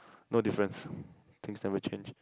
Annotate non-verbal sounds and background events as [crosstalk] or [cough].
[breath] no difference things never change